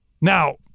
Now